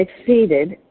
exceeded